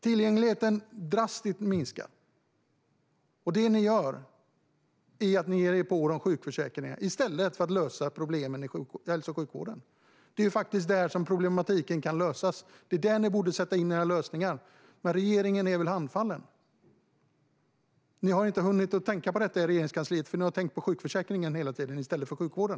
Tillgängligheten minskar drastiskt. Ni ger er på sjukförsäkringar i stället för att lösa problemen i hälso och sjukvården. Det är där ni borde hitta lösningar, men regeringen är handfallen. Ni har inte hunnit tänka på detta i Regeringskansliet. Ni har hela tiden tänkt på sjukförsäkringen i stället för på sjukvården.